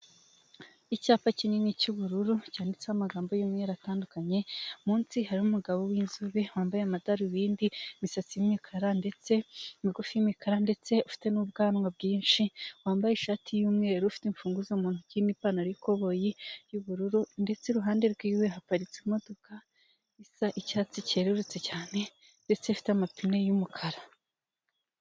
Umugore wambaye ikanzu y'amabara impande ye umusore uhetse igikapu cy'umutuku imbere yabo hari umugabo wambaye imyenda y'icyatsi kibisi, ushinzwe umutekano inyuma yabo inyubako ndende ikorerwamo ubucuruzi.